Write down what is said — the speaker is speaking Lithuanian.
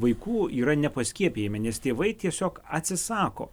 vaikų yra nepaskiepijami nes tėvai tiesiog atsisako